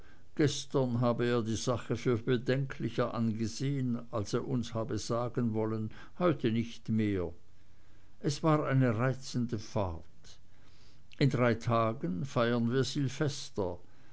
gestern habe er die sache für bedenklicher angesehen als er uns habe sagen wollen heute nicht mehr es war eine reizende fahrt in drei tagen feiern wir silvester